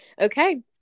Okay